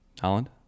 Holland